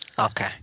Okay